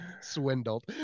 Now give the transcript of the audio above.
Swindled